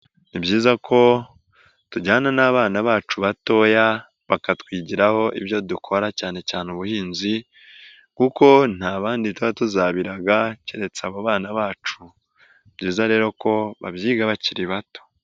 Ni byiza ko tujyana n'abana bacu batoya bakatwigiraho ibyo dukora cyane cyane ubuhinzi kuko nta bandi tuba tuzabiraga keretse abo bana bacu, ni byiza rero ko babyiga bakiri bato.